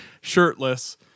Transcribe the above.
shirtless